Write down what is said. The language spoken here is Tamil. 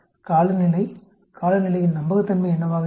காலநிலை காலநிலையின் நம்பகத்தன்மை என்னவாக இருக்கும்